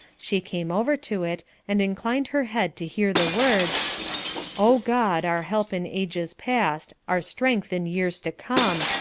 she came over to it, and inclined her head to hear the words oh, god, our help in ages past our strength in years to come,